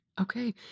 Okay